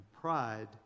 pride